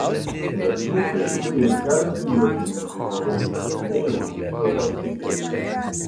bet dzūkai turi ir keletą vietinių vėjavaikių bei laukinių orchidėjų